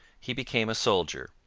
he became a soldier,